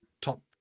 top